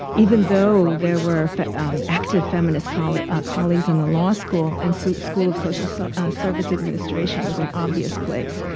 even though there were active feminist colleagues ah colleagues in the law school and so school of social so service administration was an obvious place.